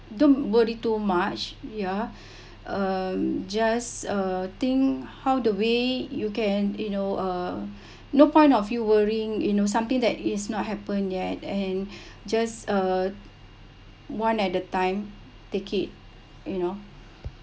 don't worry too much ya um just uh think how do we you can you know uh no point of you worrying you know something that is not happen yet and just uh one at a time take it you know